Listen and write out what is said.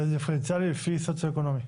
התעריפים דיפרנציאליים לפי מצב סוציו-אקונומי.